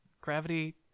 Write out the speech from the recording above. gravity